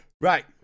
Right